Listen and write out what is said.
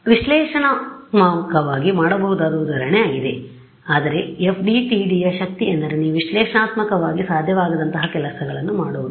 ಆದ್ದರಿಂದ ನೀವು ವಿಶ್ಲೇಷಣಾತ್ಮಕವಾಗಿ ಮಾಡಬಹುದಾದ ಉದಾಹರಣೆಯಾಗಿದೆ ಆದರೆ FDTDಯ ಶಕ್ತಿ ಎಂದರೆ ನೀವು ವಿಶ್ಲೇಷಣಾತ್ಮಕವಾಗಿ ಸಾಧ್ಯವಾಗದಂತಹ ಕೆಲಸಗಳನ್ನು ಮಾಡಬಹುದು